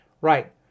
Right